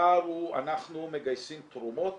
הפער הוא אנחנו מגייסים תרומות